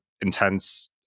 intense